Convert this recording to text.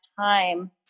time